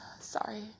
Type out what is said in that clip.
sorry